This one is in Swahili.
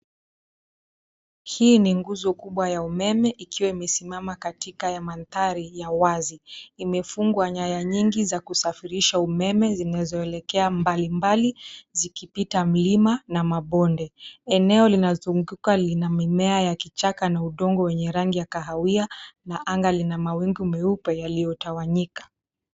Hii ni nguzo kubwa ya umeme ikiwa imesimama katika mandhari ya wazi. Imefungwa nyaya nyingi za kusafirisha umeme zinazoelekea mbalimbali zikipita milima na mabonde. Eneo linazunguka lina mimea ya kichaka na udongo wenye rangi ya kahawia na anga lina mawingu meupe yaliyotawanyika.